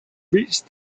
reached